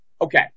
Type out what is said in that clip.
okay